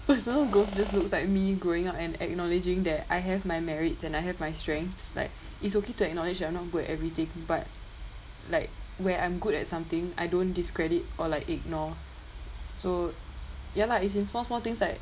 personal growth just looks like me growing up and acknowledging that I have my merits and I have my strengths like it's okay to acknowledge I'm not good at everything but like where I'm good at something I don't discredit or like ignore so ya lah it's in small small things like